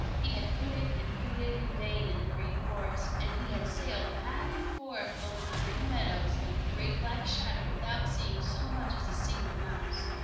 he had hooted and hooted in vain in the green forest, and he had sailed back and forth over the green meadows like a great black shadow without seeing so much as a single mouse.